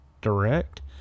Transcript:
direct